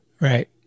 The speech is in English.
Right